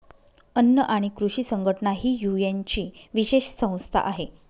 अन्न आणि कृषी संघटना ही युएनची विशेष संस्था आहे